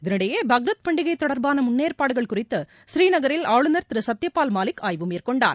இதனிடையே பக்ரீத் பண்டிகை தொடர்பான முன்னேற்பாடுகள் குறித்து ஸ்ரீநகரில் ஆளுநர் திரு சத்யபால் மாலிக் ஆய்வு மேற்கொண்டார்